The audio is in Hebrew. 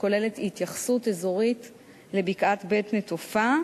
שכוללת התייחסות אזורית לבקעת בית-נטופה,